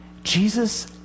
Jesus